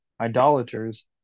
idolaters